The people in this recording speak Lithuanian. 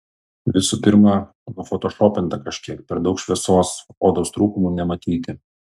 visų pirma nufotošopinta kažkiek per daug šviesos odos trūkumų nematyti